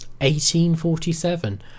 1847